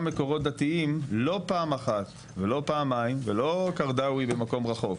מקורות דתיים לא פעם אחת ולא פעמיים לא במקום רחוק,